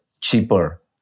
cheaper